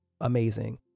amazing